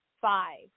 five